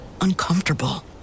uncomfortable